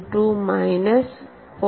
22 minus 0